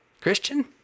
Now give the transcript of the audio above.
Christian